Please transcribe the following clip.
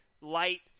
light